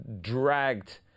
dragged